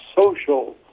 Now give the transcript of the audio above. social